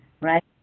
right